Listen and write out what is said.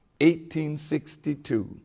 1862